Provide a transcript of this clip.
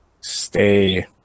stay